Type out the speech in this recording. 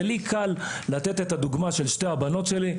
ולי קל לתת את הדוגמה של שתי הבנות שלי,